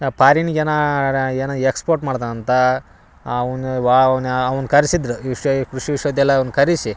ಪಾರಿನಿಗ ಏನಾರ ಏನು ಎಕ್ಸ್ಪೋರ್ಟ್ ಮಾಡ್ತಾನೆ ಅಂತ ಅವನು ಅವ್ನು ಅವ್ನ ಕರ್ಸಿದ್ದರು ವಿಶ್ವ ಕೃಷಿ ವಿಶ್ವ ವಿದ್ಯಾಲಯ ಅವ್ನ ಕರಿಸಿ